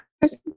person